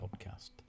podcast